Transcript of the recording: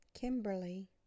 Kimberly